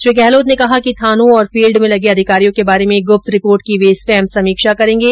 श्री गहलोत ने कहा कि थानों तथा फील्ड में लगे अधिकारियों के बारे में गुप्त रिपोर्ट की वे स्वयं समीक्षा करेंगे